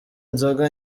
nzoga